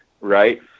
right